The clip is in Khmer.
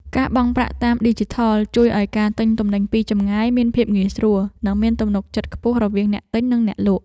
ការបង់ប្រាក់តាមឌីជីថលជួយឱ្យការទិញទំនិញពីចម្ងាយមានភាពងាយស្រួល និងមានទំនុកចិត្តខ្ពស់រវាងអ្នកទិញនិងអ្នកលក់។